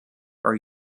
are